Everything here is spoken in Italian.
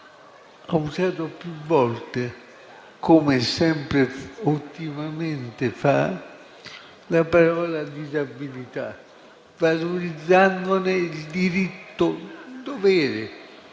ha usato più volte, come sempre ottimamente, la parola «disabilità» valorizzandone il diritto-dovere